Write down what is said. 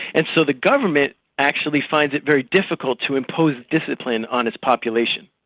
and so the government actually finds it very difficult to impose discipline on its population.